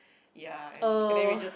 ya and and then we just